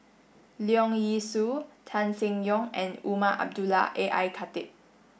Leong Yee Soo Tan Seng Yong and Umar Abdullah A I Khatib